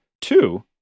two